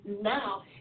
now